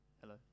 Hello